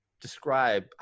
describe